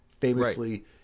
famously